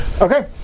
Okay